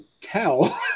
tell